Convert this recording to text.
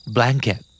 Blanket